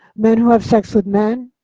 men who have sex with men,